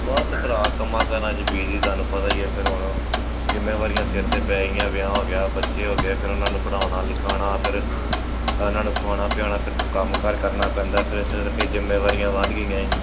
ਬਸ ਭਰਾ ਕੰਮਾਂ ਕਾਰਾਂ 'ਚ ਬੀਜੀ ਤੁਹਾਨੂੰ ਪਤਾ ਹੀ ਹੈ ਫਿਰ ਹੁਣ ਜਿੰਮੇਵਾਰੀਆਂ ਸਿਰ 'ਤੇ ਪੈ ਗਈਆਂ ਵਿਆਹ ਹੋ ਗਿਆ ਬੱਚੇ ਹੋ ਗਏ ਫਿਰ ਉਹਨਾਂ ਨੂੰ ਪੜ੍ਹਾਉਣਾ ਲਿਖਾਉਣਾ ਫਿਰ ਉਹਨਾਂ ਨੂੰ ਖਵਾਉਣਾ ਪਿਆਉਣਾ ਫਿਰ ਕੋਈ ਕੰਮ ਕਾਰ ਕਰਨਾ ਪੈਂਦਾ ਫਿਰ ਇਸ ਕਰਕੇ ਜਿੰਮੇਵਾਰੀਆਂ ਵੱਧ ਗਈਆਂ